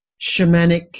shamanic